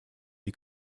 die